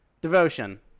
Devotion